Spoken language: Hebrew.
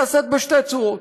נעשית בשתי צורות: